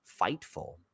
fightful